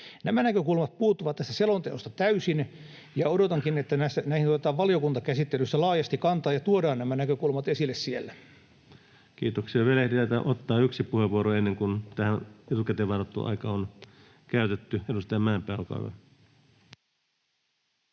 Nämä näkökulmat puuttuvat tästä selonteosta täysin, ja odotankin, että näihin otetaan valiokuntakäsittelyssä laajasti kantaa ja tuodaan nämä näkökulmat esille siellä. Kiitoksia. — Vielä ehditään ottaa yksi puheenvuoro ennen kuin tähän etukäteen varattu aika on käytetty. — Edustaja Mäenpää, olkaa hyvä.